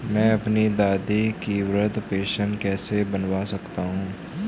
मैं अपनी दादी की वृद्ध पेंशन कैसे बनवा सकता हूँ?